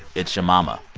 it's your mama.